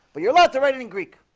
but you're allowed to write it in greek.